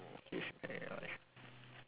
huge impact on your life